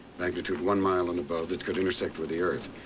magnitude one mile and above that could intersect with the earth.